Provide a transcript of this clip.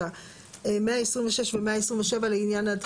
37. תחילתו של חוק זה.